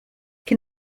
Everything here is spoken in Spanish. que